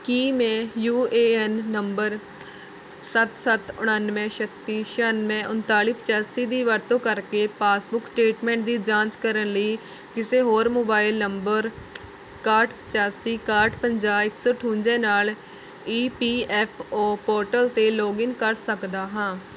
ਕੀ ਮੈਂ U A N number ਸੱਤ ਸੱਤ ਉਣਾਨਵੇਂ ਛੱਤੀ ਛਿਆਨਵੇਂ ਉਨਤਾਲੀ ਪਚਾਸੀ ਦੀ ਵਰਤੋਂ ਕਰਕੇ ਪਾਸਬੁੱਕ ਸਟੇਟਮੈਂਟ ਦੀ ਜਾਂਚ ਕਰਨ ਲਈ ਕਿਸੇ ਹੋਰ ਮੋਬਾਈਲ ਨੰਬਰ ਇੱਕਾਹਠ ਪਚਾਸੀ ਇੱਕਾਹਠ ਪੰਜਾਹ ਇੱਕ ਸੌ ਅਠਵੰਜਾ ਨਾਲ E P F O portal 'ਤੇ ਲੌਗਇਨ ਕਰ ਸਕਦਾ ਹਾਂ